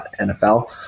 NFL